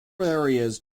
areas